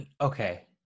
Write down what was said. okay